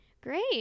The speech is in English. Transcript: Great